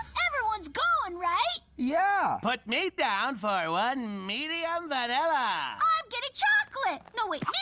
everyone's going, right? yeah! put me down for one medium vanilla! i'm getting chocolate! no wait,